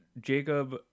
Jacob